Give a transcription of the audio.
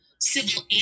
civil